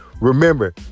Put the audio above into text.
Remember